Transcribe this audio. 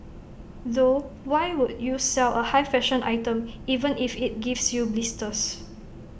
though why would you sell A high fashion item even if IT gives you blisters